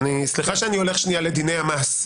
סליחה שאני הולך שנייה לדיני המס.